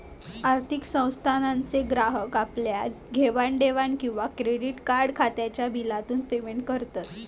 आर्थिक संस्थानांचे ग्राहक आपल्या घेवाण देवाण किंवा क्रेडीट कार्ड खात्याच्या बिलातून पेमेंट करत